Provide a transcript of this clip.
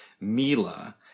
Mila